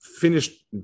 finished